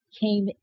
came